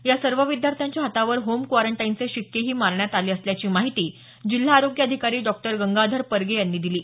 या सर्व विद्यार्थ्यांच्या हातावर होम कारंटाईनचे शिक्केही मारण्यात आले असल्याची माहिती जिल्हा आरोग्य अधिकारी डॉक्टर गंगाधर परगे यांनी दिली आहे